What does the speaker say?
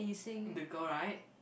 the girl right